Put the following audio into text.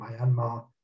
Myanmar